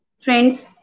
Friends